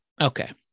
Okay